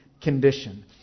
condition